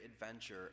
adventure